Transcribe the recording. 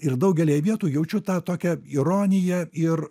ir daugelyje vietų jaučiu tą tokią ironiją ir